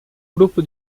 grupo